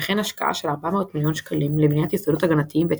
וכן השקעה של 400 מיליון שקלים לבניית יסודות הגנתיים והתקפיים.